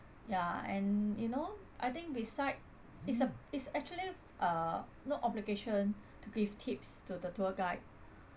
yeah and you know I think beside is a it's actually uh no obligation to give tips to the tour guide